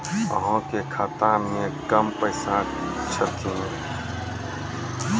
अहाँ के खाता मे कम पैसा छथिन?